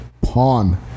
Pawn